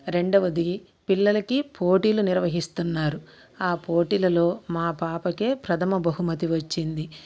రెండవది పిల్లలకి పోటీలు నిర్వహిస్తున్నారు ఆ పోటీలలో మా పాపకే ప్రథమ బహుమతి వచ్చింది